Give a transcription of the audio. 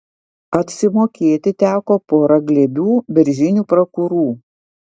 atsimokėti teko pora glėbių beržinių prakurų